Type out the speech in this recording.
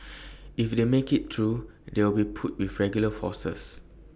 if they make IT through they'll be put with regular forces